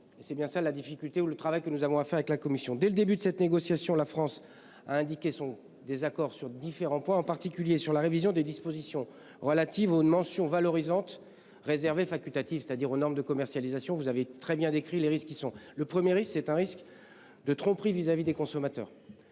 est bien la difficulté, dans le travail que nous avons à accomplir avec la Commission. Dès le début de cette négociation, la France a indiqué son désaccord sur différents points, en particulier sur la révision des dispositions relatives aux mentions valorisantes, réservées ou facultatives, c'est-à-dire aux normes de commercialisation. Vous avez très bien décrit les risques que fait courir ce projet de réforme. Le premier, c'est un risque de tromperie du consommateur,